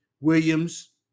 Williams